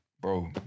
bro